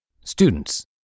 Students